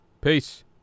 Peace